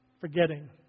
forgetting